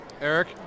Eric